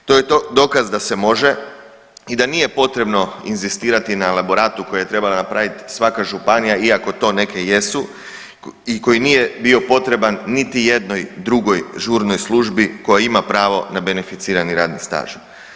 To je dokaz da se može i da nije potrebno inzistirati na elaboratu koje je treba napraviti svaka županija, iako to neke jesu i koji nije bio potreban niti jednoj drugoj žurnoj službi koja ima pravo na beneficirani radni staž.